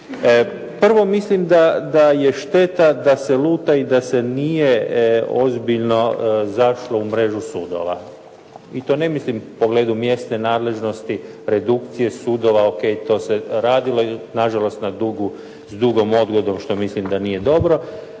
Prvo, mislim da je šteta da se luta i da se nije ozbiljno zašlo u mrežu sudova. I to ne mislim u pogledu mjesne nadležnosti, redukcije sudova o.k. to se radilo na žalost s dugom odgodom što mislim da nije dobro.